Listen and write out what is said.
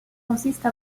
consiste